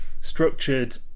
structured